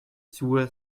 zur